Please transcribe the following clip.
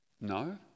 No